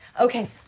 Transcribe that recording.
Okay